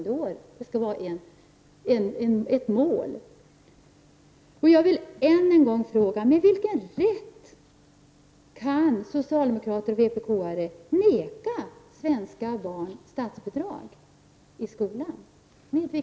Därför kräver vi att fortbildning vart sjunde år skall vara ett mål.